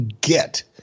get